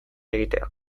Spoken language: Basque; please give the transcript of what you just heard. egitea